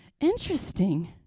interesting